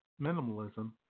minimalism